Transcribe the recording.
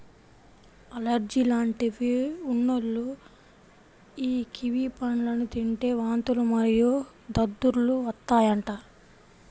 allergy లాంటివి ఉన్నోల్లు యీ కివి పండ్లను తింటే వాంతులు మరియు దద్దుర్లు వత్తాయంట